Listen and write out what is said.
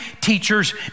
teachers